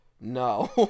no